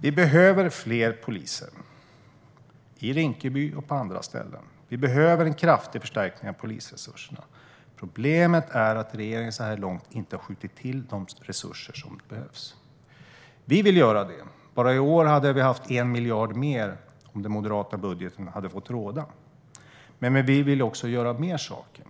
Vi behöver fler poliser, i Rinkeby och på andra ställen. Vi behöver en kraftig förstärkning av polisresurserna. Problemet är att regeringen så här långt inte har skjutit till de resurser som behövs. Vi vill göra det. Om den moderata budgeten hade fått råda hade vi bara i år haft 1 miljard mer. Men vi vill också göra fler saker,